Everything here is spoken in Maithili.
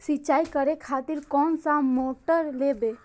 सीचाई करें खातिर कोन सा मोटर लेबे?